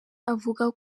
avuga